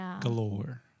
galore